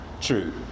true